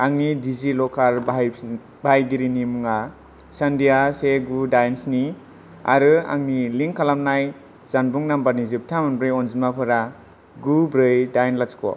आंनि डिजिलकार बाहायफिन बाहायगिरिनि मुङा सान्दिया से गु दाइन स्नि आरो आंनि लिंक खालामनाय जानबुं नाम्बारनि जोबथा मोनब्रै अनजिमाफोरा गु ब्रै दाइन लाथिख'